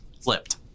flipped